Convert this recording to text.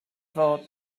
fod